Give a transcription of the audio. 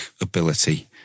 ability